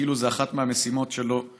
כאילו אחת המשימות שלו זה